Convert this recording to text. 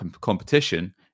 competition